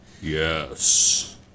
Yes